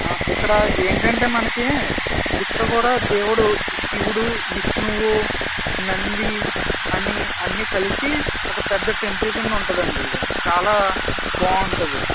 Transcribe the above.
ఇక్కడ ఏంటంటే మనకి ఇక్కడ కూడా దేవుడు శివుడు విష్ణువు నంది అని అన్ని కలిసి ఒక పెద్ద టెంపుల్ కింద ఉంటుందండి ఇది చాలా బాగుంటుంది